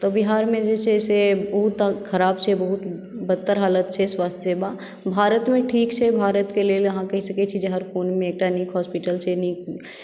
बिहारमे जे छै से बहुत खराब छै बहुत बदतर हालत छै स्वास्थ्य सेवा भारतमे ठीक छै भारत के लेल अहाॅं कहि सकैत छियै जे हर कोनमे एकटा नीक हॉस्पिटल छै एकटा नीक